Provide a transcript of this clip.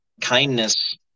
kindness